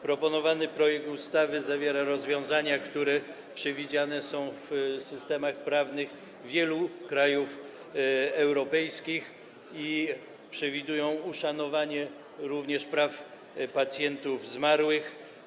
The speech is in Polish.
Proponowany projekt ustawy zawiera rozwiązania, które przewidziane są w systemach prawnych wielu krajów europejskich i przewidują uszanowanie również praw pacjentów zmarłych.